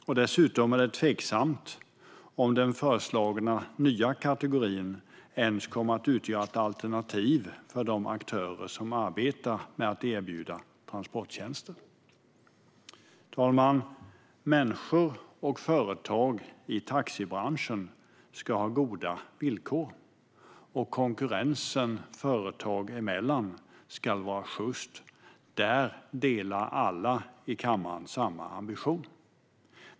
Det är dessutom tveksamt om den föreslagna nya kategorin ens kommer att utgöra ett alternativ för de aktörer som arbetar med att erbjuda transporttjänster. Fru talman! Människor och företag i taxibranschen ska ha goda villkor, och konkurrensen företagen emellan ska vara sjyst. Där delar alla i kammaren samma ambition.